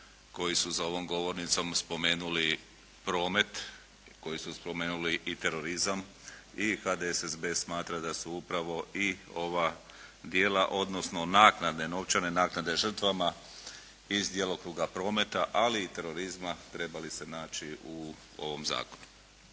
koji su za ovom govornicom spomenuli promet, koji su spomenuli i terorizam i HDSSB smatra da su upravo i ova djela, odnosno naknade, novčane naknade žrtvama iz djelokruga prometa, ali i terorizma trebali se naći u ovom zakonu.